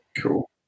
Cool